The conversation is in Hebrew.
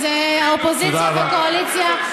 אז האופוזיציה והקואליציה, תודה רבה.